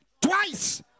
twice